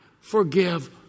forgive